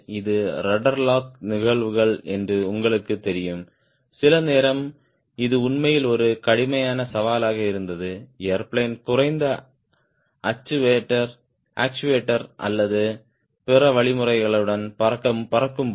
இது rudder lock நிகழ்வுகள் என்று உங்களுக்குத் தெரியும் சில நேரம் இது உண்மையில் ஒரு கடுமையான சவாலாக இருந்தது ஏர்பிளேன் குறைந்த ஆக்சுவேட்டர்கள் அல்லது பிற வழிமுறைகளுடன் பறக்கப்படும்போது